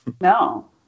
no